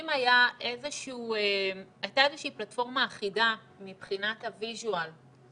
אם הייתה איזה שהיא פלטפורמה אחידה מבחינת הוויזואל,